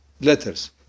letters